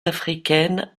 africaine